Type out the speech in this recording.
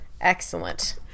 excellent